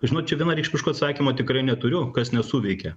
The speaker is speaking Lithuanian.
žinot čia vienareikšmiško atsakymo tikrai neturiu kas nesuveikė